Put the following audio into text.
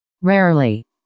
Rarely